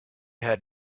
had